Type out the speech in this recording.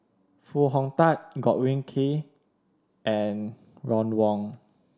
Foo Hong Tatt Godwin Koay and Ron Wong